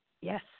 Yes